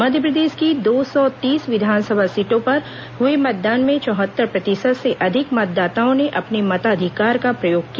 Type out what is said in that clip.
मध्यप्रदेश की दो सौ तीस विधानसभा सीटों पर हुए मतदान में चौहत्तर प्रतिशत से अधिक मतदाताओं ने अपने मताधिकार का प्रयोग किया